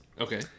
Okay